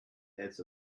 eggs